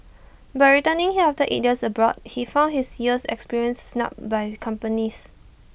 but returning here after eight years abroad he found his years of experience snubbed by companies